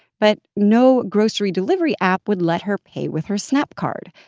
but no grocery delivery app would let her pay with her snap card.